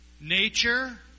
nature